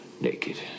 naked